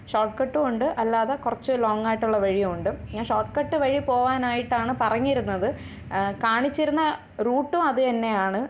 ഷോട്ട്കട്ടും ഉണ്ട് അല്ലാതെ കുറച്ച് ലോങ്ങായിട്ടുള്ള വഴിയും ഉണ്ട് ഞാൻ ഷോർട്ട്കട്ട് വഴി പോവാനായിട്ടാണ് പറഞ്ഞിരുന്നത് കാണിച്ചിരുന്ന റൂട്ടും അതുതന്നെയാണ്